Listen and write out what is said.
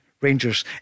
Rangers